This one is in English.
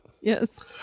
yes